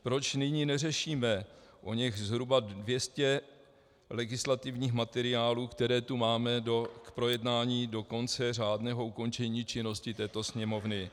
Proč nyní neřešíme oněch zhruba 200 legislativních materiálů, které tu máme k projednání do konce řádného ukončení činnosti této Sněmovny?